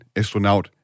astronaut